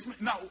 No